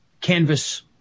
canvas